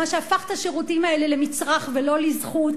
מה שהפך את השירותים האלה למצרך ולא לזכות,